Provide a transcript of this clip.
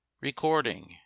Recording